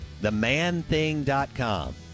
themanthing.com